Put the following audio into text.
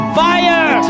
fire